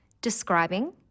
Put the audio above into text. describing